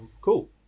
cool